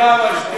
ממך,